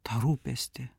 tą rūpestį